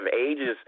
ages